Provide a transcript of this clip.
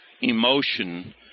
emotion